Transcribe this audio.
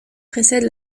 précède